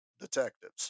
detectives